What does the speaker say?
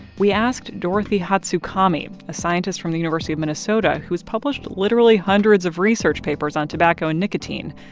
we asked dorothy hatsukami, a scientist from the university of minnesota who's published literally hundreds of research papers on tobacco and nicotine,